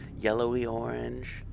yellowy-orange